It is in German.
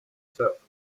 surfen